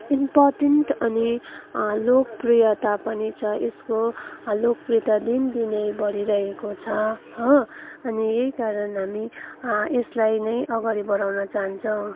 important अनि लोकप्रियता पनि छ यसको लोकप्रियता दिन दिनै बढिरहेको छ हो अनि यही कारण हामी यसलाई नै अगाडि बढाउन चाहन्छौँ